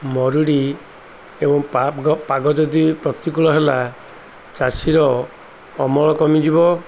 ମରୁଡ଼ି ଏବଂ ପାଗ ଯଦି ପ୍ରତିକୂଳ ହେଲା ଚାଷୀର ଅମଳ କମିଯିବ